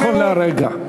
נכון להרגע.